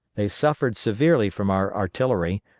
they suffered severely from our artillery,